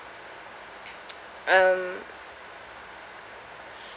um